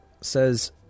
says